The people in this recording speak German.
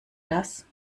das